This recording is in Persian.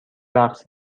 رقص